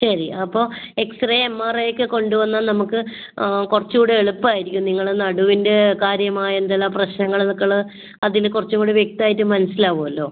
ശരി അപ്പോൾ x-ray M R I ഒക്കെ കൊണ്ടുവന്നാൽ നമുക്ക് കുറച്ച് കൂടി എളുപ്പം ആയിരിക്കും നിങ്ങളെ നടുവിൻ്റെ കാര്യമായ എന്തെല്ലാം പ്രശ്നങ്ങൾ എന്നൊക്കെയുള്ളത് അതിന് കുറച്ചും കൂടി വ്യക്തമായിട്ട് മനസ്സിലാവില്ലല്ലോ